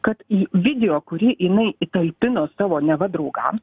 kad į video kurį jinai įtalpino savo neva draugams